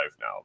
now